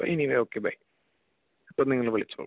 അപ്പോ anyway okay bye അപ്പോ നിങ്ങള് വിളിച്ചോളൂ